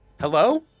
Hello